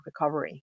recovery